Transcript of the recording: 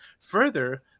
Further